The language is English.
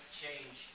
change